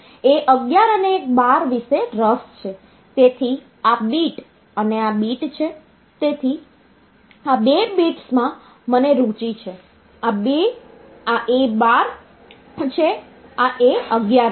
તેથી આ બીટ અને આ બીટ છે તેથી આ બે બીટ્સમાં મને રુચિ છે આ A12 છે આ A11 છે